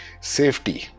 safety